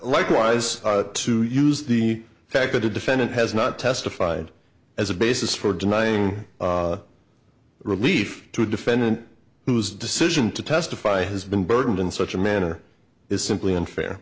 likewise to use the fact that a defendant has not testified as a basis for denying relief to a defendant whose decision to testify has been burdened in such a manner is simply unfair